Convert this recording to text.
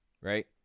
right